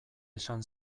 esan